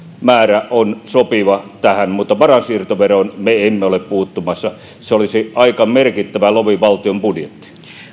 määrä on sopiva tähän mutta varainsiirtoveroon me emme ole puuttumassa se olisi aika merkittävä lovi valtion budjettiin